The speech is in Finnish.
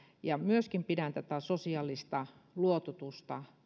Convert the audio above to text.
ja myöskin pidän tärkeänä asiana tätä sosiaalista luototusta